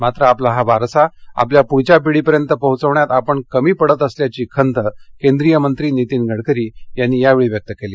मात्र आपला हा वारसा आपल्या पुढच्या पिढीपर्यंत पोहोचविण्यात आपण कमी पडत असल्याची खंत केंद्रीय मंत्री नितीन गडकरी यांनी यावेळी व्यक्त केली